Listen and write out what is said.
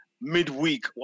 midweek